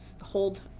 hold